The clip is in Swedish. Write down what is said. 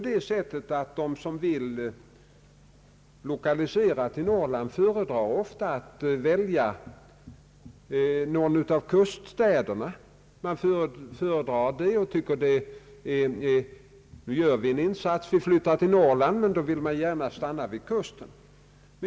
De som vill lokalisera till Norrland föredrar ofta någon av kuststäderna. De tycker att de gör en insats när de flyttar till Norrland, men de vill gärna stanna vid kusten.